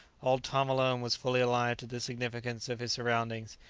old tom alone was fully alive to the significance of his surroundings,